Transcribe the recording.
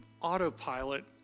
autopilot